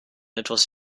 etwas